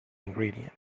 ingredient